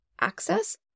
access